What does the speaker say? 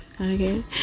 Okay